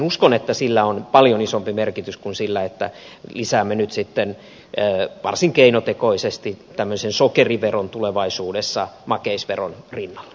uskon että sillä on paljon isompi merkitys kuin sillä että lisäämme nyt sitten varsin keinotekoisesti tämmöisen sokeriveron tulevaisuudessa makeisveron rinnalle